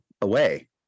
away